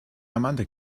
amanda